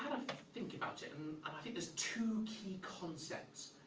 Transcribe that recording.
think about it um and i think there's two key concepts.